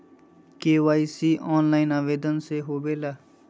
KYC online आवेदन से होवे ला?